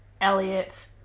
Elliot